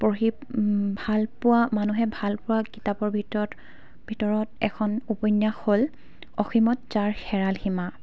পঢ়ি ভালপোৱা মানুহে ভালপোৱা কিতাপৰ ভিতৰত ভিতৰত এখন উপন্যাস হ'ল অসীমত যাৰ হেৰাল সীমা